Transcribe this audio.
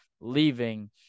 leaving